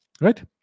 Right